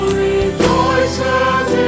rejoices